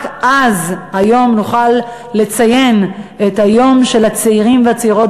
רק אז נוכל לציין את היום של הצעירים והצעירות